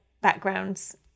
backgrounds